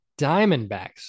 Diamondbacks